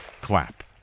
clap